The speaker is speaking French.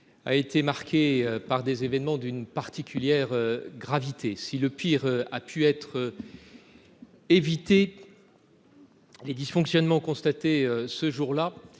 a été marquée par des événements d'une particulière gravité. Si le pire a pu être évité, les dysfonctionnements constatés ce jour-là